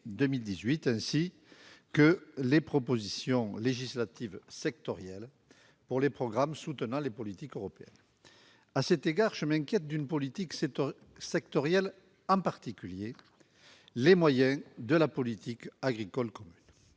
ainsi que des propositions législatives sectorielles pour les programmes soutenant les politiques européennes. À cet égard, je m'inquiète des moyens alloués à une politique sectorielle en particulier, la politique agricole commune.